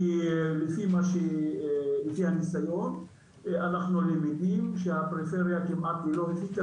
כי לפי הניסיון אנחנו למדים שהפריפריה כמעט שלא הפיקה